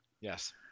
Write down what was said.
yes